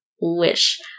wish